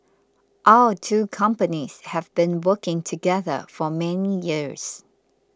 our two companies have been working together for many years